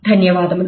ధన్యవాదములు